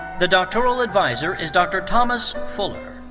the doctoral adviser is dr. thomas fuller.